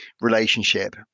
relationship